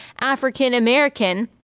African-American